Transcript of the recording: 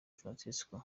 francisco